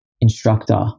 instructor